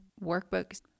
workbooks